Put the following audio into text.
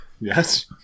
Yes